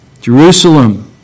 Jerusalem